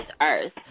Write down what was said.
earth